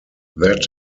that